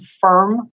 firm